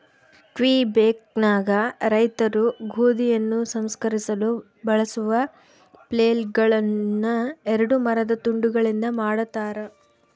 ಕ್ವಿಬೆಕ್ನಾಗ ರೈತರು ಗೋಧಿಯನ್ನು ಸಂಸ್ಕರಿಸಲು ಬಳಸುವ ಫ್ಲೇಲ್ಗಳುನ್ನ ಎರಡು ಮರದ ತುಂಡುಗಳಿಂದ ಮಾಡತಾರ